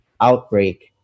outbreak